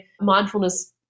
mindfulness